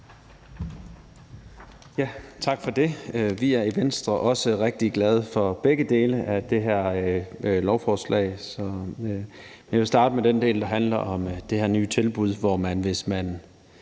Tak for det. Vi er i Venstre også rigtig glade for begge dele af det her lovforslag, og jeg vil starte med den del, der handler om det her nye tilbud, hvor man, hvis man